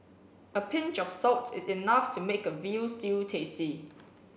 a pinch of salt is enough to make a veal stew tasty